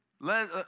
Let